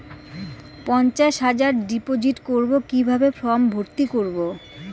পঞ্চাশ হাজার ডিপোজিট করবো কিভাবে ফর্ম ভর্তি করবো?